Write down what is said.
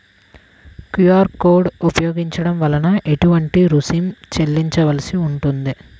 QR code ఉపయోగించటం వలన ఏటువంటి రుసుం చెల్లించవలసి ఉంటుంది?